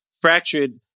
fractured